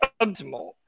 optimal